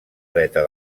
dreta